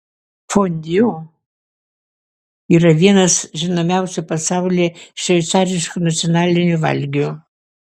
fondiu yra vienas žinomiausių pasaulyje šveicariškų nacionalinių valgių